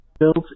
Built